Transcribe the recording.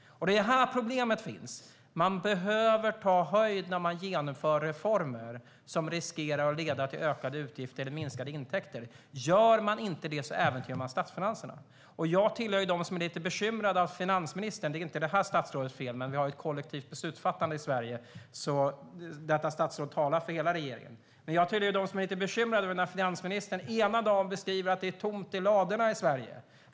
Det är här problemet finns. Man behöver ta höjd när man genomför reformer som riskerar att leda till ökade utgifter eller minskade intäkter. Gör man inte det äventyras statsfinanserna. Jag hör till dem som är lite bekymrade över att finansministern - det är inte det här statsrådets fel, men det råder ett kollektivt beslutsfattande i Sverige, och detta statsråd talar för hela regeringen - ena dagen beskriver att det är tomt i ladorna i Sverige.